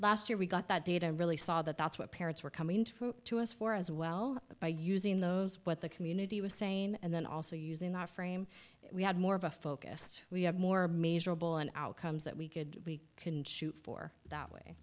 last year we got that data really saw that that's what parents were coming to us for as well by using those what the community was saying and then also using our frame we have more of a focused we have more measurable and outcomes that we could we can shoot for that way